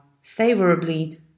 favorably